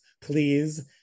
please